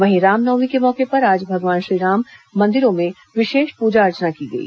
वहीं रामनवमी के मौके पर आज भगवान श्रीराम मंदिरों में विशेष पूजा अर्चना की गई